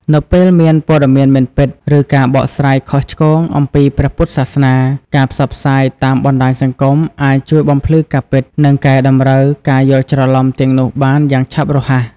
នៅពេលមានព័ត៌មានមិនពិត ឬការបកស្រាយខុសឆ្គងអំពីព្រះពុទ្ធសាសនា ការផ្សព្វផ្សាយតាមបណ្តាញសង្គមអាចជួយបំភ្លឺការពិត និងកែតម្រូវការយល់ច្រឡំទាំងនោះបានយ៉ាងឆាប់រហ័ស។